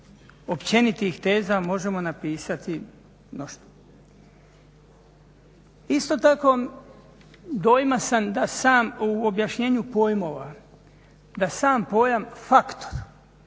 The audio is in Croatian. općenitih teza možemo napisati …/Govornik se ne razumije. Isto tako dojma sam da sam u objašnjenju pojmova da sam pojam faktor